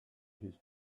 his